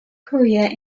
korea